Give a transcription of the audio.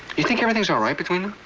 you think everything's all right between